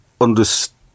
understand